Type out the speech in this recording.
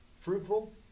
Fruitful